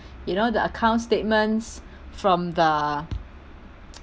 you know the account statements from the